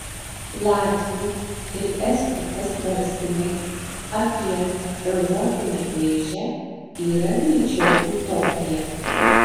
latvių ir estų pasvarstymai apie europinę vėžę yra greičiau utopija